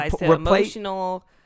Emotional